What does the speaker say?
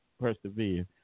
persevere